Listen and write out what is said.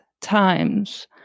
times